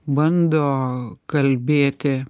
bando kalbėti